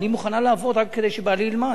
אני מוכנה לעבוד רק כדי שבעלי ילמד,